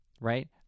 right